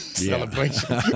celebration